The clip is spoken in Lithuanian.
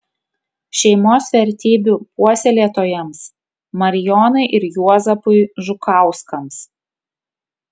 šeimos vertybių puoselėtojams marijonai ir juozapui žukauskams